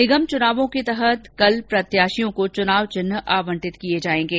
निगम चुनावों के तहत कल प्रत्याशियों को चुनाव चिन्ह आवंटित किए जाएंगे